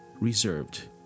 reserved